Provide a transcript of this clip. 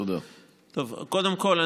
קודם כול,